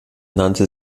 nannte